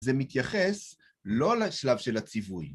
זה מתייחס לא לשלב של הציווי.